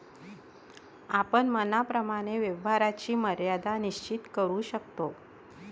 आपण मनाप्रमाणे व्यवहाराची मर्यादा निश्चित करू शकतो